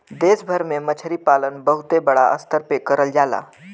देश भर में मछरी पालन बहुते बड़ा स्तर पे करल जाला